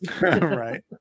right